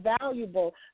valuable